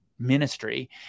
Ministry